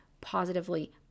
positively